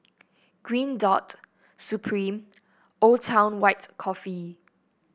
Green Dot Supreme Old Town White Coffee